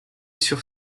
sur